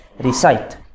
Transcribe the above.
recite